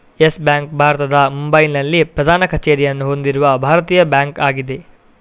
Yes Bank ಭಾರತದ ಮುಂಬೈನಲ್ಲಿ ಪ್ರಧಾನ ಕಚೇರಿಯನ್ನು ಹೊಂದಿರುವ ಭಾರತೀಯ ಬ್ಯಾಂಕ್ ಆಗಿದೆ